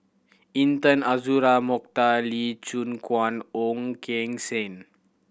Intan Azura Mokhtar Lee Choon Guan Ong Keng Sen